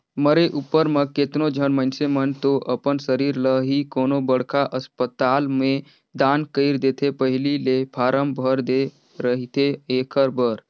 मरे उपर म केतनो झन मइनसे मन तो अपन सरीर ल ही कोनो बड़खा असपताल में दान कइर देथे पहिली ले फारम भर दे रहिथे एखर बर